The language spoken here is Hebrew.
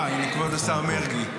הינה, כבוד השר מרגי.